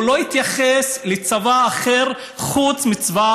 והוא לא התייחס לצבא אחר חוץ מצבא